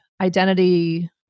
identity